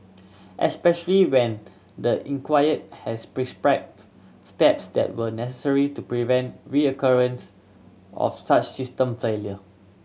especially when the inquiry has steps that were necessary to prevent of such system failure